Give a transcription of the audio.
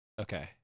Okay